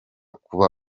kuba